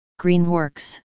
Greenworks